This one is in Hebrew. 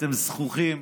אתם זחוחים.